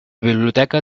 biblioteca